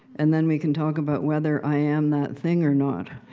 and then we can talk about whether i am that thing or not.